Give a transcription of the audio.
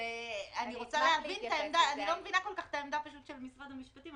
אני לא כל כך מבינה את העמדה של משרד המשפטים,